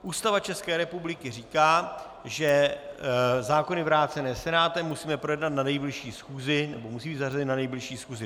Ústava České republiky říká, že zákony vrácené Senátem musíme projednat na nejbližší schůzi, nebo musí být zařazeny na nejbližší schůzi.